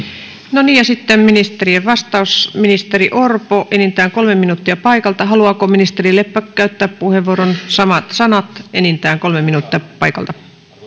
no niin sitten ministerien vastaukset ministeri orpo enintään kolme minuuttia paikalta haluaako ministeri leppä käyttää puheenvuoron samat sanat enintään kolme minuuttia paikalta arvoisa puhemies